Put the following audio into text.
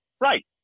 Right